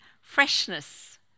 Freshness